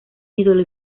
ídolo